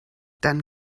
dann